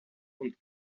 und